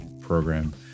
program